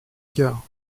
gard